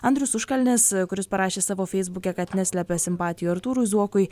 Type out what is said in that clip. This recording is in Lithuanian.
andrius užkalnis kuris parašė savo feisbuke kad neslepia simpatijų artūrui zuokui